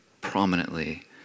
prominently